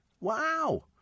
Wow